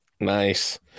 nice